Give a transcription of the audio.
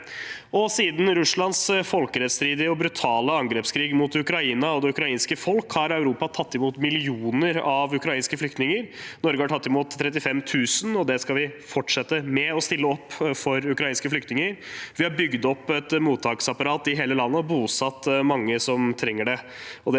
Siden Russlands folkerettsstridige og brutale angrepskrig mot Ukraina og det ukrainske folk har Europa tatt imot millioner av ukrainske flyktninger. Norge har tatt imot 35 000, og vi skal fortsette med å stille opp for ukrainske flyktninger. Vi har bygd opp et mottaksapparat i hele landet og bosatt mange som trenger det